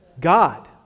God